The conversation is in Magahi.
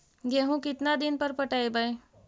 गेहूं केतना दिन पर पटइबै?